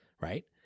right